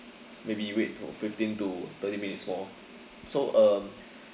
maybe wait to fifteen to thirty minutes more so um